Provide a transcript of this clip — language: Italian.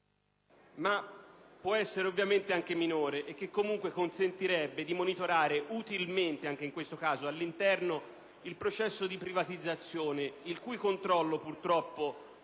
essere ovviamente anche minore e comunque consentirebbe di monitorare utilmente all'interno il processo di privatizzazione, il cui controllo, purtroppo,